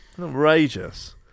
Outrageous